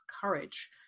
courage